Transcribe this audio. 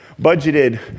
budgeted